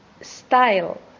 style